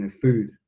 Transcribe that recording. food